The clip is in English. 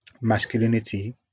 masculinity